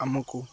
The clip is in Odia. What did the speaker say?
ଆମକୁ